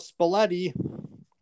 Spalletti